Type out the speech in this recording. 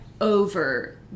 over